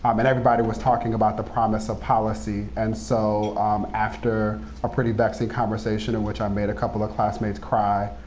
um and everybody was talking about the promise of policy. and so after a pretty vexing conversation in which i made a couple of classmates cry,